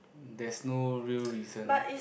there's no real reason